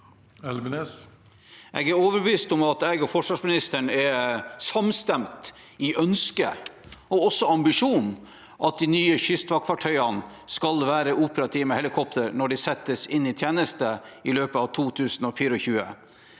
Jeg er overbevist om at jeg og forsvarsministeren er samstemte i ønsket og også i ambisjonen om at de nye kystvaktfartøyene skal være operative med helikopter når de settes inn i tjeneste i løpet av 2024.